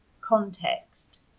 context